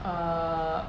err